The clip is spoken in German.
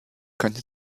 könnte